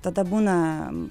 tada būna